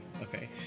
Okay